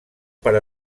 per